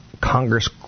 Congress